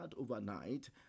overnight